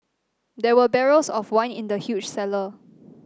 there were barrels of wine in the huge cellar